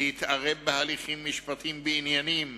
להתערב בהליכים משפטיים בעניינים